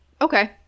okay